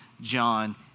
John